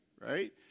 right